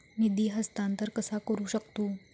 निधी हस्तांतर कसा करू शकतू?